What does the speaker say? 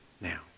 now